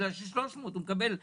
כי 300 הוא מקבל בקצבאות,